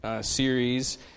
series